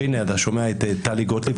שאתה שומע את טלי גוטליב,